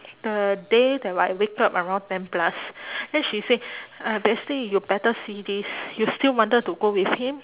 the day that I wake up around ten plus then she say uh bestie you better see this you still wanted to go with him